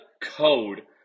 code